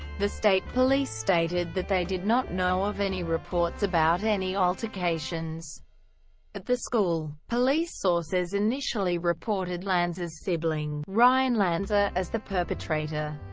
the state police stated that they did not know of any reports about any altercations at the school. police sources initially reported lanza's sibling, ryan lanza, as the perpetrator.